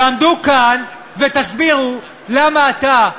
תעמדו כאן ותסבירו למה אתה,